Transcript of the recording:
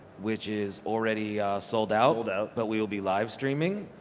which is already sold out sold out but we will be live-streaming.